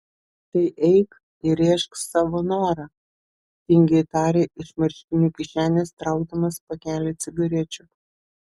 tai eik įrėžk savo norą tingiai tarė iš marškinių kišenės traukdamas pakelį cigarečių